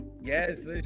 yes